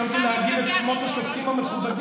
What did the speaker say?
אני אפילו לא סיימתי להגיד את שמות השופטים המכובדים.